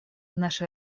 нашей